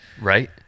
right